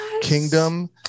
Kingdom